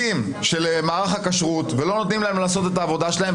בעובדי מערך הכשרות ולא נותנים להם לעשות את העבודה שלהם.